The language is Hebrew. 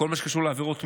בכל מה שקשור בעבירות מין,